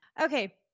Okay